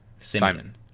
Simon